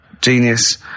genius